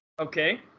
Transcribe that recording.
Okay